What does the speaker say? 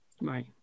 right